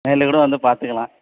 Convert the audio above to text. நேரில் கூட வந்து பார்த்துக்கலாம்